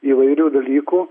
įvairių dalykų